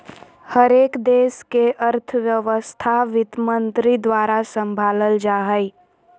हरेक देश के अर्थव्यवस्था वित्तमन्त्री द्वारा सम्भालल जा हय